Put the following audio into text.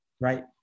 right